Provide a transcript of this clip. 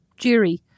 Jury